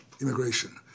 immigration